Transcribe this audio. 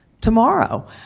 tomorrow